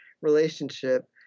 relationship